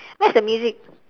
where's the music